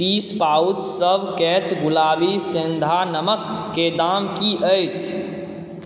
तीस पाउचसभ कैच गुलाबी सेन्धा नमकके दाम की अछि